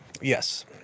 Yes